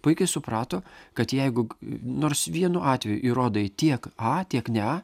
puikiai suprato kad jeigu nors vienu atveju įrodai tiek a tiek ne a